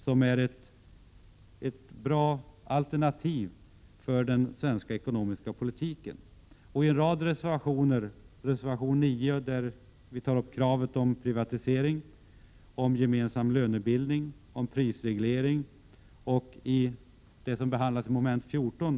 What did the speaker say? Här visar vi på ett bra alternativ för den svenska ekonomiska politiken. I reservation 9 tar vi upp kravet på en privatisering av statens tillgångar. Vidare behandlar vi i olika reservationer frågor som den gemensamma lönebildningen och prisregleringen. I reservation 14 behandlas skattepolitiken.